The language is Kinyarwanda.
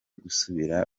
gusubira